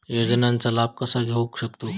योजनांचा लाभ कसा घेऊ शकतू?